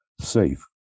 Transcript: safe